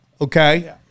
okay